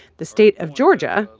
the state of georgia,